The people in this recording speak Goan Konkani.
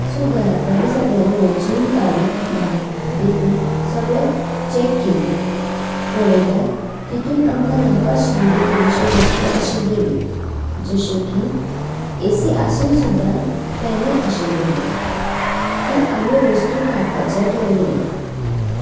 सो घरांतल्यांनी सगळ्यांनी वचून गाडी भायर भितर सगळ्याक चॅक केली पळयल्यार तितूंत आमकां नाका आशिल्ल्यो थोड्योशो वस्तू आशिल्ल्यो जशो की एसी आसून सुद्दा फेनूय आशिल्लो ती आमी वस्तू काडपाचें ठरयलें